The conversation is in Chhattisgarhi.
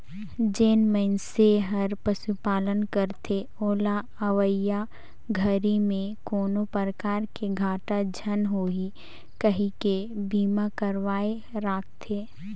जेन मइनसे हर पशुपालन करथे ओला अवईया घरी में कोनो परकार के घाटा झन होही कहिके बीमा करवाये राखथें